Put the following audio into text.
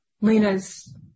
Lena's